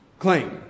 Claim